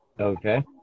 Okay